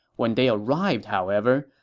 when they arrived, however,